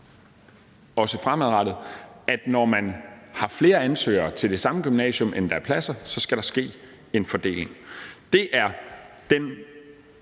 i dag, at når man har flere ansøgere til det samme gymnasium, end der er pladser, skal der ske en fordeling. Det er den